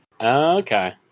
Okay